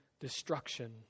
destruction